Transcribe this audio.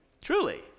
truly